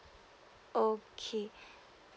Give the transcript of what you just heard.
okay